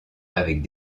avec